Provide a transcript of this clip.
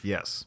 Yes